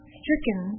stricken